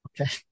Okay